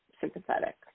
sympathetic